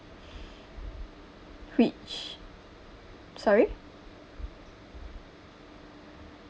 which sorry